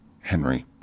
Henry